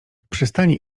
przystani